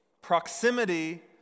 proximity